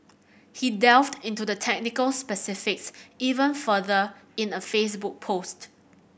he delved into the technical specifics even further in a Facebook post